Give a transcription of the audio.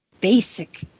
basic